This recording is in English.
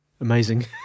Amazing